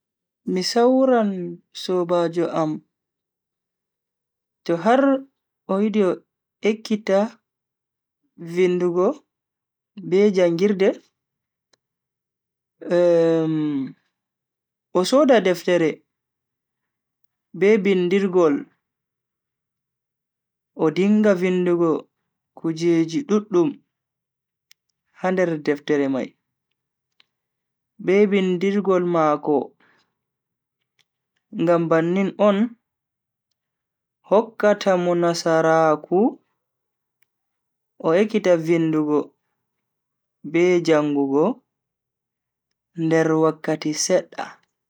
Mi sawran sobajo am to har o yidi o ekkita vindugo be jangirde, o soda deftere be bindirgol o dinga vindugo kujeji duddum ha nder deftere mai be bindirgol mako ngam bannin on hokkata mo nasaraku o ekkita vindugo be jangugo nder wakkati sedda.